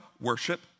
worship